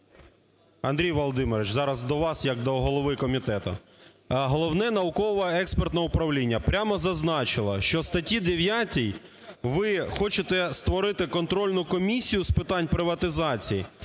Андрій Володимирович, зараз до вас як до голови комітету. Головне науково-експертне управління прямо зазначило, що в статті 9 ви хочете створити контрольну комісію з питань приватизації,